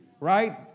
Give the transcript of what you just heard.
right